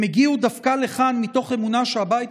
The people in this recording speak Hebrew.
הם הגיעו דווקא לכאן מתוך אמונה שהבית